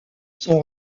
son